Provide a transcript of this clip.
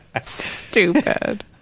Stupid